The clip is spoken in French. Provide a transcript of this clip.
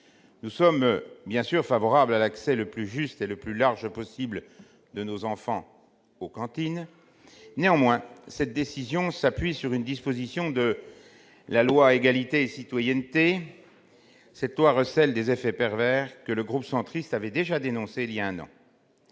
Nous sommes bien sûr favorables à l'accès le plus juste et le plus large possible de nos enfants aux cantines. Néanmoins, cette décision s'appuie sur une disposition de la loi Égalité et citoyenneté, qui recèle des effets pervers que le groupe centriste avait déjà dénoncés il y a un an.